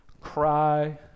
cry